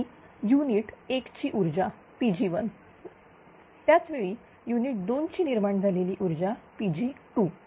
ही unit ची ऊर्जा Pg1 त्याच वेळी युनिट 2 ची निर्माण झालेली ऊर्जा Pg2